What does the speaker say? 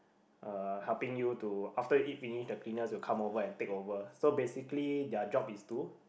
uh helping you to after you eat finish the cleaners will come over and take over so basically their job it to